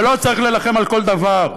ולא צריך להילחם על כל דבר,